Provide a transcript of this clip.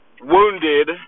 wounded